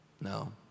No